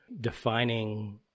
defining